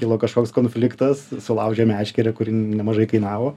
kilo kažkoks konfliktas sulaužė meškerę kuri nemažai kainavo